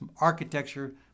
Architecture